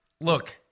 Look